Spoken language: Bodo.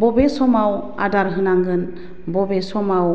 बबे समाव आदार होनांगोन बबे समाव